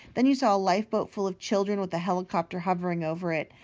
then you saw a lifeboat full of children with a helicopter hovering over it.